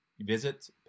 Visit